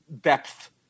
depth